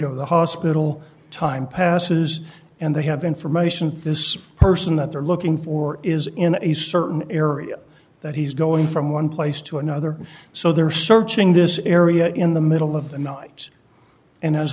go to the hospital time passes and they have information this person that they're looking for is in a certain area that he's going from one place to another so they're searching this area in the middle of the night and as